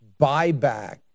buyback